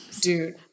dude